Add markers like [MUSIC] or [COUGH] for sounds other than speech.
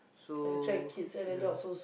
so [NOISE] ya [NOISE]